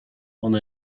ona